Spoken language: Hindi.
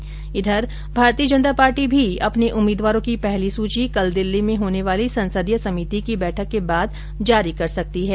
हुं इधर भारतीय जनता पार्टी भी अपने उम्मीदवारों की पहली सूची कल दिल्ली में होने वाली संसदीय समिति की बैठक के बाद जारी कर सकती है